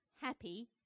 happy